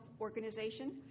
Organization